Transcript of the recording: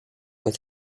with